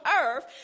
earth